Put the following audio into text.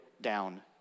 down